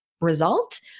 result